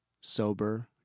sober